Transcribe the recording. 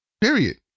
Period